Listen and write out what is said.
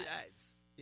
Yes